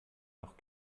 noch